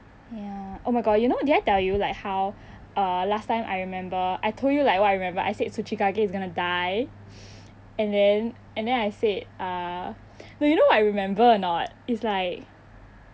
ya oh my god you know did I tell you like how uh last time I remember I told you like what I remember I said tsuchikage is gonna die and then and then I said uh no you know what I remembered or not it's like